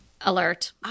alert